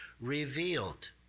revealed